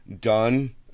done